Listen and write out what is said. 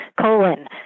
colon